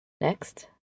Next